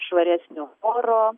švaresnio oro